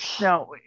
Now